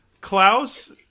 Klaus